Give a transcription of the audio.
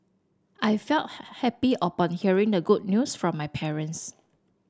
I felt happy upon hearing the good news from my parents